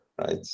right